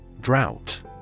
Drought